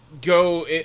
go